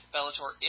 Bellator